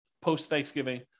post-Thanksgiving